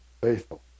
faithful